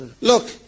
Look